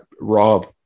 Rob